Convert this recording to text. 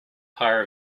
power